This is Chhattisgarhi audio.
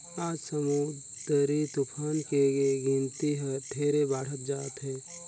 आज समुददरी तुफान के गिनती हर ढेरे बाढ़त जात हे